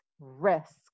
risk